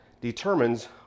determines